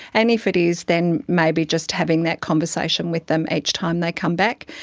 and if it is, then maybe just having that conversation with them each time they come back.